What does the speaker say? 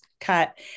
cut